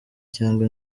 cyangwa